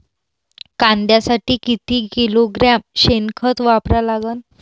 कांद्यासाठी किती किलोग्रॅम शेनखत वापरा लागन?